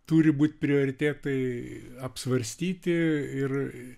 turi būt prioritetai apsvarstyti ir